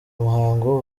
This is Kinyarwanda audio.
muhango